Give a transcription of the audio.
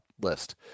list